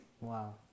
Wow